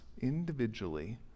individually